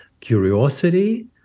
curiosity